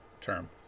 term